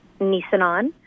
Nissan